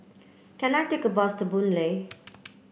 can I take a bus to Boon Lay